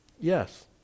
Yes